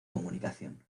comunicación